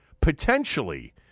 potentially